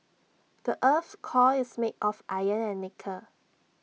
the Earth's core is made of iron and nickel